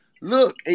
look